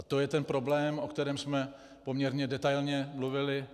To je ten problém, o kterém jsme poměrně detailně mluvili.